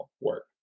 work